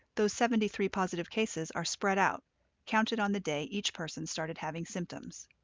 those seventy three positive cases are spread out counted on the day each person started having symptoms.